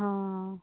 ହଁ